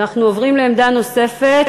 אנחנו עוברים לעמדה נוספת,